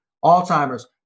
Alzheimer's